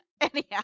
Anyhow